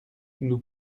nous